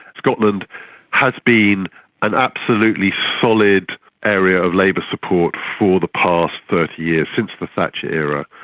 scotland has been an absolutely solid area of labour support for the past thirty years, since the thatcher era.